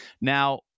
Now